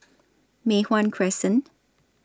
Mei Hwan Crescent